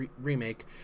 remake